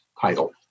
title